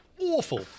Awful